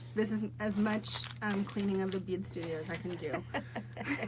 this is as much um cleaning of a bead studio as i can do.